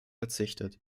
verzichtet